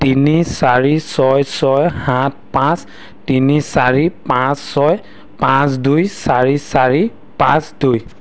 তিনি চাৰি ছয় ছয় সাত পাঁচ তিনি চাৰি পাঁচ ছয় পাঁচ দুই চাৰি চাৰি পাঁচ দুই